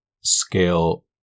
scale